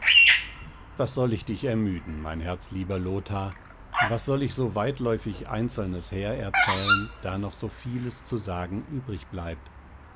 was soll ich dich ermüden mein herzlieber lothar was soll ich so weitläufig einzelnes hererzählen da noch so vieles zu sagen übrig bleibt